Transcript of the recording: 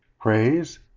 Praise